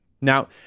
Now